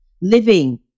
living